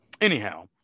Anyhow